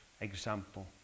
example